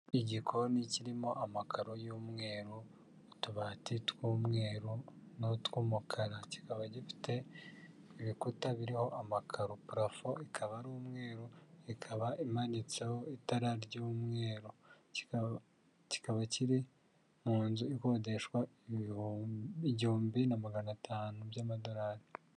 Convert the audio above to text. Igikoni kirimo amakaro y'umweru, utubati tw'umweru n'utw'umukara kikaba gifite ibikuta biriho amakaro, parafo ikaba ari umweru, ikaba imanitseho itara ry'umweru, kikaba kiri mu nzu ikodeshwa igihumbi na magana atanu by'amadorari.